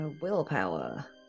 Willpower